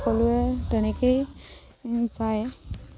সকলোৱে তেনেকৈয়ে যায়